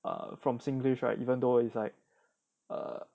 from singlish right even though it's like a